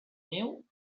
neu